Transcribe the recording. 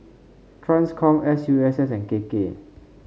Transcom S U S S and K K